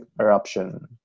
eruption